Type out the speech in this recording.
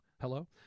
Hello